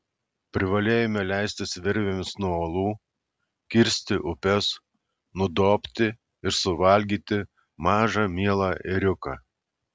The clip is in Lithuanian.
privalėjome leistis virvėmis nuo uolų kirsti upes nudobti ir suvalgyti mažą mielą ėriuką